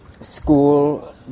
school